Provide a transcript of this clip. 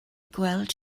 gweld